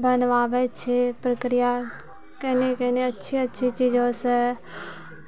बनबाबै छै प्रक्रिया केने केने अच्छे अच्छे चीजो से